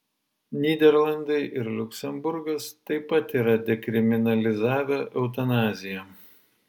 nyderlandai ir liuksemburgas taip pat yra dekriminalizavę eutanaziją